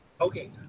okay